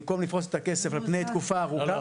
במקום לפרוס את הכסף על פני תקופה ארוכה --- לא,